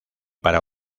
para